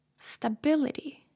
stability